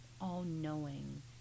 all-knowing